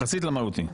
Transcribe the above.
יחסית למהותי.